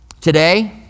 Today